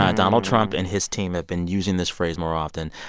ah donald trump and his team have been using this phrase more often.